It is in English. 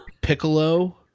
Piccolo